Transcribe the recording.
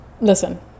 listen